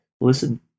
listen